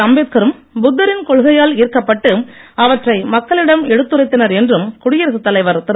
அம்பேத்கரும் புத்தரின் கொள்கையால் ஈர்க்கப்பட்டு அவற்றை மக்களிடம் எடுத்துரைத்தனர் என்றும் குடியரசுத் தலைவர் திரு